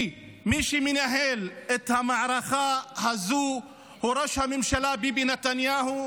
כי מי שמנהל את המערכה הזו הוא ראש הממשלה ביבי נתניהו,